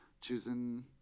choosing